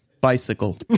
bicycle